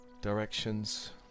directions